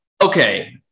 okay